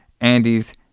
Andy's